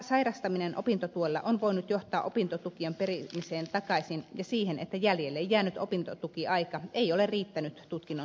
sairastaminen opintotuella on voinut johtaa opintotukien perimiseen takaisin ja siihen että jäljelle jäänyt opintotukiaika ei ole riittänyt tutkinnon suorittamiseen asti